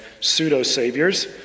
pseudo-saviors